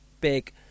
big